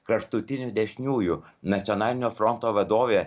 kraštutinių dešiniųjų nacionalinio fronto vadovė